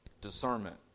Discernment